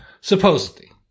supposedly